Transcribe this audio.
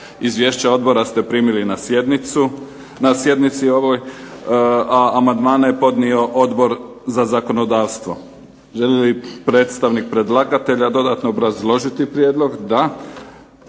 Izvješća odbora ste primili na sjednici ovoj, a amandmane je podnio Odbor za zakonodavstvo. Želi li predstavnik predlagatelja dodatno obrazložiti prijedlog? Da.